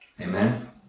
Amen